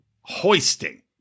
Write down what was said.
hoisting